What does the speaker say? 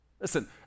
Listen